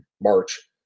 March